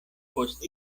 post